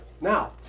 Now